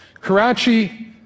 Karachi